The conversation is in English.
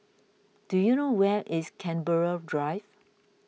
do you know where is Canberra Drive